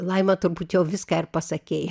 laima turbūt jau viską ir pasakei